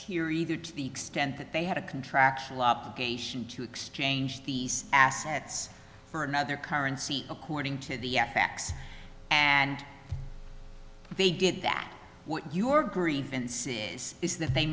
here either to the extent that they had a contractual obligation to exchange the assets for another currency according to the facts and they get that what your grievance is is that they